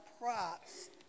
props